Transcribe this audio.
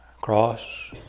Cross